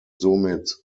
somit